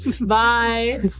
Bye